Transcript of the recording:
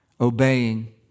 obeying